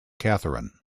catherine